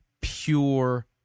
pure